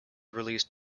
released